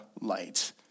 light